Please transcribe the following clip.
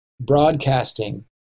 broadcasting